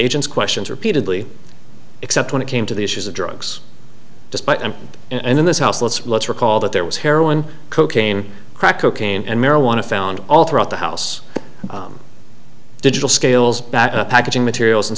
agent's questions repeatedly except when it came to the issues of drugs despite and in this house let's let's recall that there was heroin cocaine crack cocaine and marijuana found all throughout the house digital scales back packaging materials and